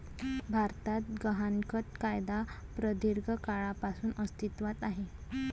भारतात गहाणखत कायदा प्रदीर्घ काळापासून अस्तित्वात आहे